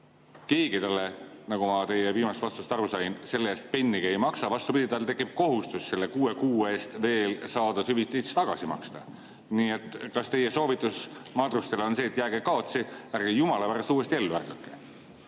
Keegi talle, nagu ma teie viimasest vastusest aru sain, selle eest pennigi ei maksa. Vastupidi, tal tekib kohustus selle kuue kuu eest saadud hüvitis tagasi maksta. Nii et kas teie soovitus madrustele on see, et jääge kaotsi, ärge jumala pärast uuesti ellu ärgake?